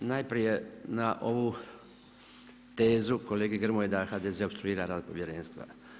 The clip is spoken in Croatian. Najprije na ovu tezu kolegi Grmoji da HDZ opstruira rad povjerenstva.